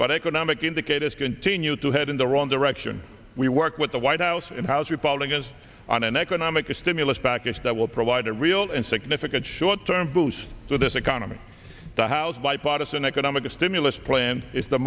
but economic indicators continue to head in the wrong direction we work with the white house and house republicans on an economic stimulus package that will provide a real and significant short term boost so this economy the house bipartisan economic stimulus plan is the